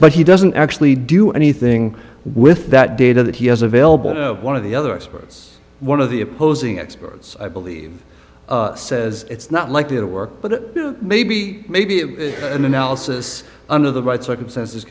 but he doesn't actually do anything with that data that he has available one of the other experts one of the opposing experts i believe says it's not likely to work but maybe maybe an analysis under the right circumstances